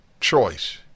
choice